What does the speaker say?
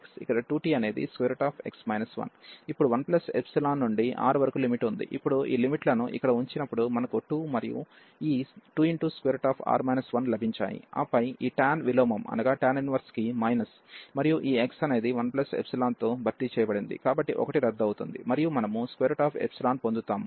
ఇప్పుడు 1ϵ నుండి R వరకు లిమిట్ ఉంది ఇప్పుడు ఈ లిమిట్ లను ఇక్కడ ఉంచినప్పుడు మనకు 2 మరియు ఈ 2R 1 లభించాయి ఆపై ఈ టాన్ విలోమం కి మైనస్ మరియు ఈ x అనేది 1ϵ తో భర్తీ చేయబడింది కాబట్టి 1 రద్దు అవుతుంది మరియు మనము పొందుతాము